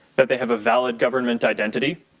that they have a valid government identity.